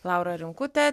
laura rimkute